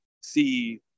see